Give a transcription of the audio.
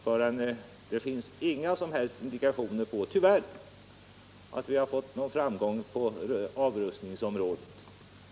Ännu finns det tyvärr inga som helst indikationer på att vi har fått framgång på avrustningsområdet.